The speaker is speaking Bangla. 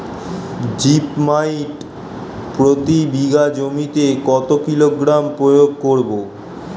জিপ মাইট প্রতি বিঘা জমিতে কত কিলোগ্রাম প্রয়োগ করব?